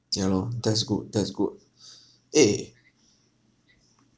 ya lor that's good that's good eh